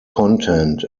content